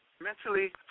mentally